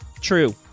True